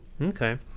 Okay